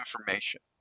information